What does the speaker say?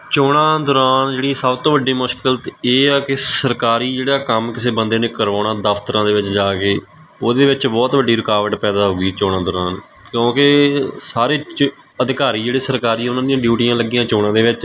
ਚੋਣਾਂ ਦੌਰਾਨ ਜਿਹੜੀ ਸਭ ਤੋਂ ਵੱਡੀ ਮੁਸ਼ਕਿਲ ਤਾਂ ਇਹ ਆ ਕਿ ਸਰਕਾਰੀ ਜਿਹੜਾ ਕੰਮ ਕਿਸੇ ਬੰਦੇ ਨੇ ਕਰਵਾਉਣਾ ਦਫਤਰਾਂ ਦੇ ਵਿੱਚ ਜਾ ਕੇ ਉਹਦੇ ਵਿੱਚ ਬਹੁਤ ਵੱਡੀ ਰੁਕਾਵਟ ਪੈਦਾ ਹੋ ਗਈ ਚੋਣਾਂ ਦੌਰਾਨ ਕਿਉਂਕਿ ਸਾਰੇ ਜ ਅਧਿਕਾਰੀ ਜਿਹੜੇ ਸਰਕਾਰੀ ਉਹਨਾਂ ਦੀਆਂ ਡਿਊਟੀਆਂ ਲੱਗੀਆਂ ਚੋਣਾਂ ਦੇ ਵਿੱਚ